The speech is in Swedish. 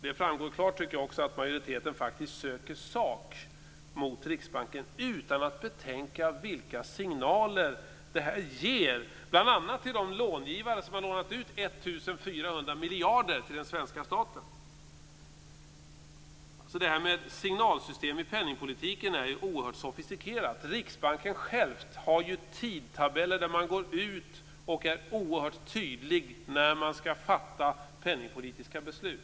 Det framgår klart, tycker jag, att majoriteten också söker sak mot Riksbanken utan att betänka vilka signaler detta ger bl.a. till de långivare som har lånat ut 1 400 miljarder till den svenska staten. Signalsystemen i penningpolitiken är något oerhört sofistikerat. Riksbanken självt har tidtabeller för när man går ut, och man är oerhört tydlig när man skall fatta penningpolitiska beslut.